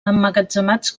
emmagatzemats